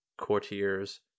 courtiers